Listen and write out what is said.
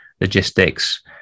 logistics